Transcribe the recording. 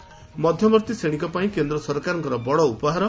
ମଧ୍ଧବର୍ତ୍ତୀ ଶ୍ରେଣୀଙ୍ ପାଇଁ କେନ୍ଦ୍ର ସରକାରଙ୍ ବଡ ଉପହାର